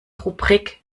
rubrik